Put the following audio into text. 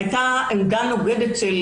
הייתה עמדה נוגדת של